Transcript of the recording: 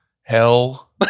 Hell